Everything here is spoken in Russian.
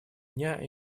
дня